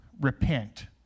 repent